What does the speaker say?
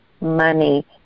money